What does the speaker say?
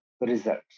results